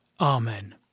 amen